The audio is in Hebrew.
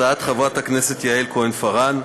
הצעת חברת הכנסת יעל כהן-פארן.